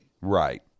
Right